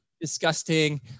disgusting